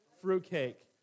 fruitcake